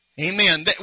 Amen